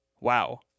wow